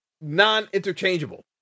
non-interchangeable